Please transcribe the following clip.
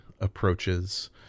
approaches